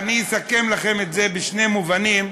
אני אסכם לכם את זה בשני מובנים,